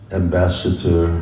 ambassador